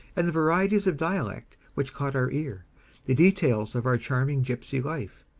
and the varieties of dialect which caught our ear the details of our charming gypsy life,